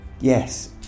Yes